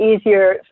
easier